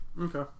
Okay